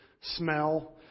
smell